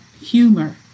humor